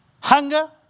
Hunger